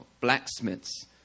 blacksmiths